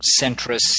centrist